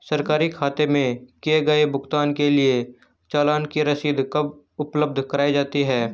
सरकारी खाते में किए गए भुगतान के लिए चालान की रसीद कब उपलब्ध कराईं जाती हैं?